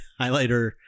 highlighter